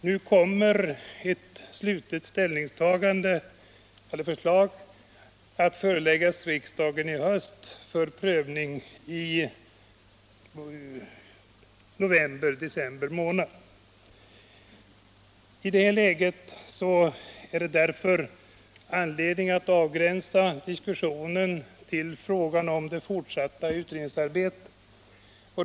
Ett slutligt förslag till ställningstagande kommer att föreläggas riksdagen för prövning i november-december månad i år. I det läget finns det anledning att avgränsa diskussionen i dag till frågan om det fortsatta utredningsarbetet.